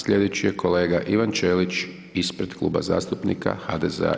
Sljedeći je kolega Ivan Ćelić ispred Kluba zastupnika HDZ-a.